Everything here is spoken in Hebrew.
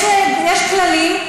יש כללים,